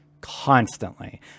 constantly